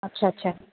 اچھا اچھا